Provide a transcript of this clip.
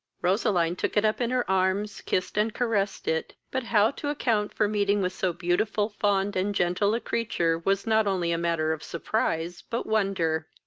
roseline took it up in her arms, kissed and caressed it but how to account for meeting with so beautiful, fond, and gentle a creature was not only matter of surprise but wonder.